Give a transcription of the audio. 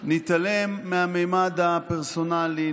נתעלם מהממד הפרסונלי,